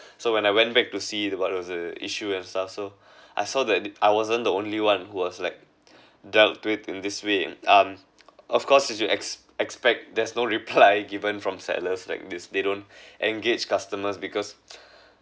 so when I went back to see the what was the issue and stuff so I saw that I wasn't the only one who was like dealt with in this way um of course you should ex~ expect there's no reply given from sellers like this they don't engage customers because